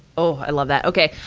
oh, i love that. okay.